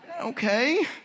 Okay